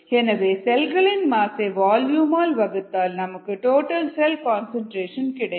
எனவே செல்களின் மாசை வால்யூம் ஆல் வகுத்தால் நமக்கு டோட்டல் செல் கன்சன்ட்ரேஷன் கிடைக்கும்